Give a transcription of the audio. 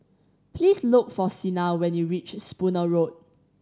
please look for Sina when you reach Spooner Road